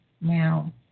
now